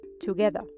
together